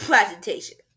Presentation